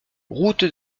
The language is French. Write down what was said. route